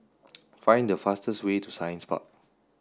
find the fastest way to Science Park